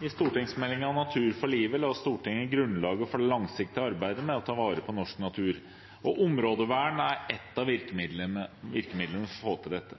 I stortingsmeldingen Natur for livet la Stortinget grunnlaget for det langsiktige arbeidet med å ta vare på norsk natur. Områdevern er ett av virkemidlene for å få til dette.